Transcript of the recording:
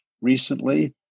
recently